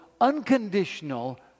unconditional